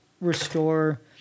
restore